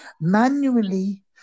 manually